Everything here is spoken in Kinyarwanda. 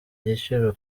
igiciro